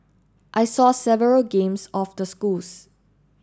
I saw several games of the schools